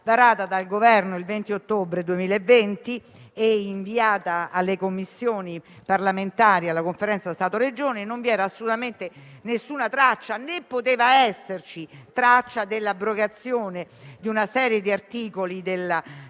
varato dal Governo il 20 ottobre 2020, inviato alle Commissioni parlamentari e alla Conferenza Stato-Regioni, non vi era assolutamente alcuna traccia - né poteva esserci - dell'abrogazione di una serie di articoli della legge n.